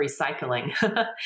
recycling